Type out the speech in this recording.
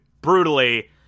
brutally